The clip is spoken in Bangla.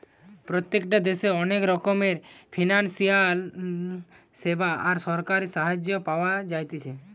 প্রত্যেকটা দেশে অনেক রকমের ফিনান্সিয়াল সেবা আর সরকারি সাহায্য পাওয়া যাতিছে